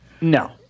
No